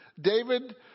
David